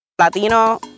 Latino